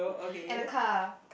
and a car